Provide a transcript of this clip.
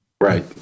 Right